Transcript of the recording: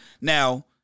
now